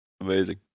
Amazing